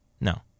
No